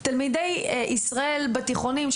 אבל תלמידי ישראל בתיכונים,